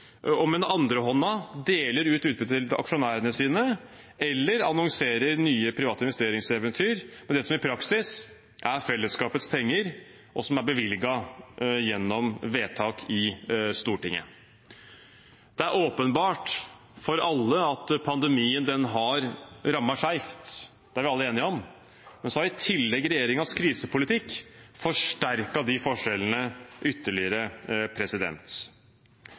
og med den andre hånda deler ut utbytte til aksjonærene sine eller annonserer nye private investeringseventyr med det som i praksis er fellesskapets penger, og som er bevilget gjennom vedtak i Stortinget. Det er åpenbart for alle at pandemien har rammet skjevt – det er vi alle enige om. Men så har i tillegg regjeringens krisepolitikk forsterket de forskjellene ytterligere.